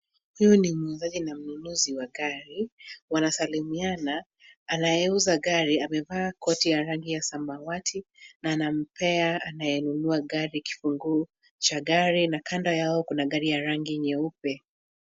Huyu ni muuzaji na mnunuzi wa gari wanasalimiana. Anayeuza gari amevaa koti ya rangi ya samawati na anampea anayenunua gari kifunguo cha gari na kando yao kuna gari ya rang nyeupe.